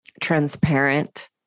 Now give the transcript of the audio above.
transparent